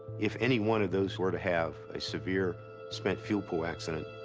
if any one of those were to have a severe spent fuel pool accident,